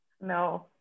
no